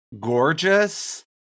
gorgeous